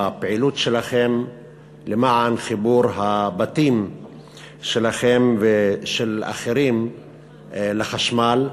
בפעילות שלכם למען חיבור הבתים שלכם ושל אחרים לחשמל.